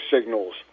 signals